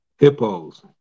Hippos